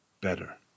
better